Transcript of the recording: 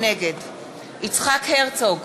נגד יצחק הרצוג,